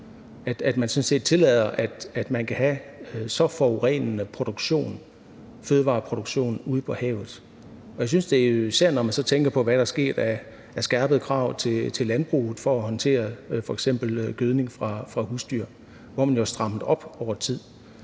set tillader, at man kan have så forurenende produktion, fødevareproduktion, ude på havet. Og jeg synes det jo især, når man tænker på, hvad der har været af skærpede krav til landbruget for at håndtere f.eks. gødning fra husdyr, hvor man jo har strammet op over tid,